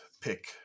pick